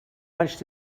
hunched